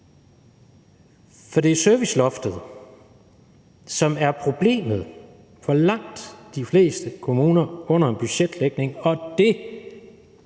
For det er serviceloftet, som er problemet for langt de fleste kommuner under en budgetlægning, og det